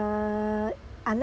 uh unless